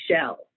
shell